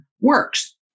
works